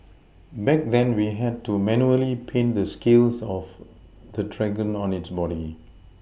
back then we had to manually paint the scales of the dragon on its body